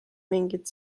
mingit